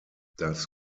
das